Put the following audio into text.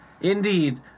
indeed